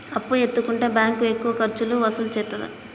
అప్పు ఎత్తుకుంటే బ్యాంకు ఎక్కువ ఖర్చులు వసూలు చేత్తదా?